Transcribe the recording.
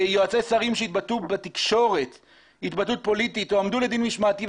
יועצי שרים שהתבטאו בתקשורת התבטאות פוליטית הועמדו לדין משמעתי,